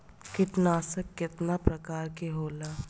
कीटनाशक केतना प्रकार के होला?